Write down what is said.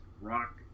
rock